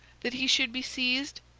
that he should be seized,